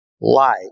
light